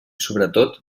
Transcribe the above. sobretot